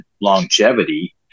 longevity